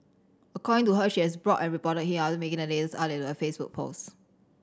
according to her she has blocked and reported him after making the latest update to her Facebook post